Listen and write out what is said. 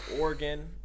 Oregon